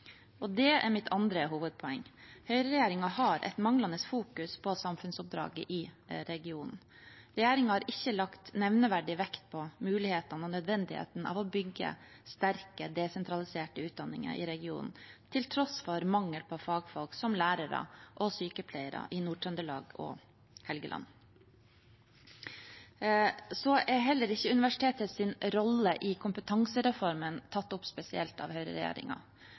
Og det er mitt andre hovedpoeng: Høyreregjeringen har et manglende fokus på samfunnsoppdraget i regionen. Regjeringen har ikke lagt nevneverdig vekt på mulighetene for og nødvendigheten av å bygge sterke, desentraliserte utdanninger i regionen, til tross for mangel på fagfolk som lærere og sykepleiere i Nord-Trøndelag og Helgeland. Så er heller ikke universitetets rolle i kompetansereformen tatt opp spesielt av